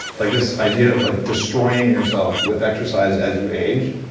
like this idea of like destroying yourself with exercise as you age,